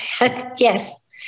Yes